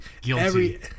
Guilty